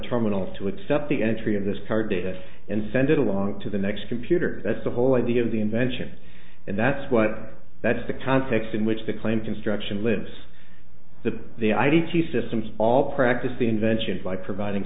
terminals to accept the entry of this card data and send it along to the next computer that's the whole idea of the invention and that's what that's the context in which the claim construction lives that the id t systems all practice the invention by providing